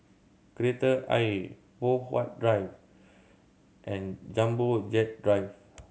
Kreta Ayer Poh Huat Drive and Jumbo Jet Drive